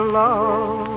love